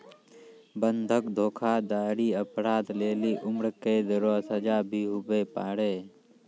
बंधक धोखाधड़ी अपराध लेली उम्रकैद रो सजा भी हुवै पारै